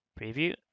preview